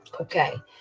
okay